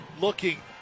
Looking